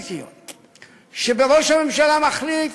ראש הממשלה מחליט